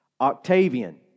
Octavian